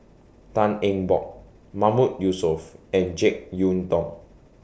Tan Eng Bock Mahmood Yusof and Jek Yeun Thong